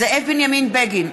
זאב בנימין בגין,